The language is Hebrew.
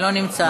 לא נמצא.